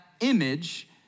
image